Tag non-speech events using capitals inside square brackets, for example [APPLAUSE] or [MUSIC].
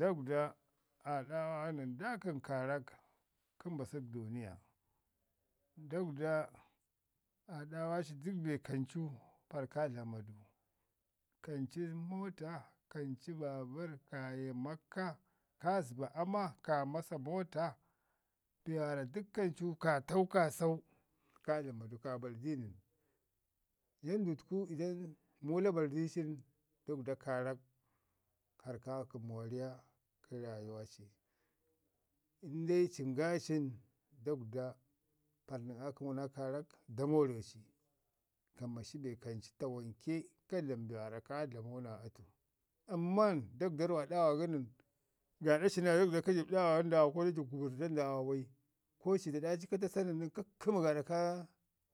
Daguda aa ɗaawa nən da kəmu kaarak kə mbasək duuniya, dagwda aa ɗaawa ci dək be kancu parr ka dlama du, kancu mota, kancu baabərr, kaa ye makka, ka zəba ama, kaa masa mota, be waarra dək kancu, ka tau, ka sau, ka dlama du, ka bari di nən. Jandutkvidam muula bari di ci nən, daguda kaarak. Para ka iko moriya. Indai cin ngaaci nən, daguda, para nən aa kəmu naa kaarak da mowci. Ka mashi be hancu tawanke ka dlamu be kaa dlaman naa atu. Amman, daguda rri aa ɗawa gənən, gaaɗa ci naa daguda ka jəb ɗaawa ndaamo [UNINTELLIGIBLE] ko ci da aɗa ci ka tasa nən ka kkəmi gaaɗa kaa